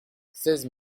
seize